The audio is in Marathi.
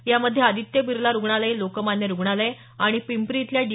या मध्ये आदित्य बिर्ला रुग्णालय लोकमान्य रुग्णालय आणि पिंपरी इथल्या डी